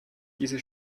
diese